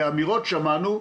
באמירות שמענו,